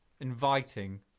inviting